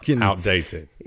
outdated